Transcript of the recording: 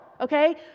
okay